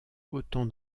autant